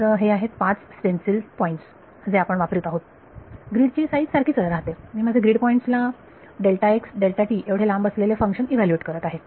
तर हे आहेत पाच स्टेन्सिल पॉईंट्स जे आपण वापरत आहोत ग्रीड ची साईज सारखीच राहते मी माझे ग्रिड पॉईंट्सgrid points ला एवढे लांब असलेले फंक्शन इव्हॅल्यूएट करत आहे